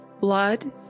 blood